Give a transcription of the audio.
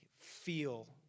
feel